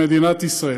למדינת ישראל.